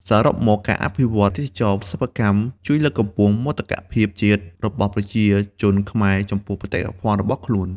សរុបមក ការអភិវឌ្ឍន៍ទេសចរណ៍សិប្បកម្មជួយលើកកម្ពស់ មោទកភាពជាតិ របស់ប្រជាជនខ្មែរចំពោះបេតិកភណ្ឌរបស់ខ្លួន។